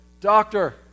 Doctor